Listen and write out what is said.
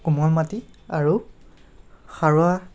কোমল মাটি আৰু সাৰুৱা